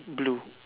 blue